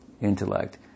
intellect